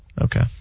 Okay